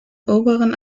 oberen